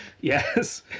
Yes